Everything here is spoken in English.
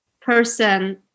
person